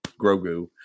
Grogu